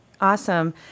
Awesome